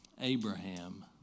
Abraham